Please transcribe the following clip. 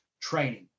training